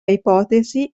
ipotesi